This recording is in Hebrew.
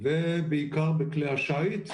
ובעיקר בכלי השיט,